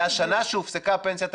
מהשנה שהופסקה הפנסיה התקציבית,